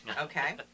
Okay